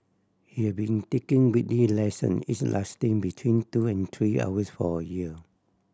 he have been taking weekly lesson each lasting between two and three hours for a year